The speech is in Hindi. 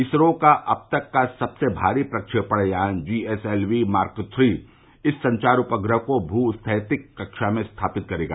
इसरो का अब तक का सबसे भारी प्रक्षेपण यान जीएसएलवी मार्क श्री इस संचार उपग्रह को भू स्थैतिक कक्षा में स्थापित करेगा